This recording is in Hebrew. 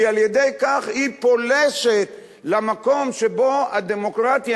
כי על-ידי כך היא פולשת למקום שבו הדמוקרטיה